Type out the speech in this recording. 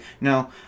no